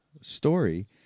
story